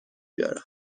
بیارم